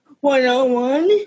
one-on-one